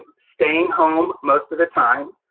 staying home, most of the time,